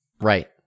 Right